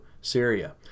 Syria